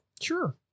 sure